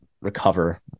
recover